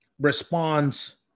responds